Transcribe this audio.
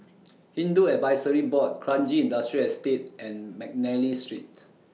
Hindu Advisory Board Kranji Industrial Estate and Mcnally Street